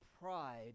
pride